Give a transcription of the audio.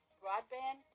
broadband